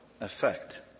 effect